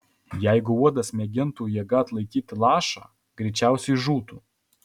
jeigu uodas mėgintų jėga atlaikyti lašą greičiausiai žūtų